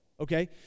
Okay